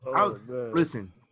Listen